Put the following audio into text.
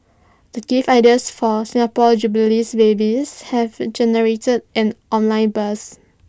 the gift ideas for Singapore jubilee babies have generated an online buzz